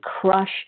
crush